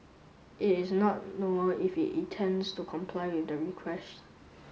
it is not known if he intends to comply with the request